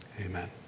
Amen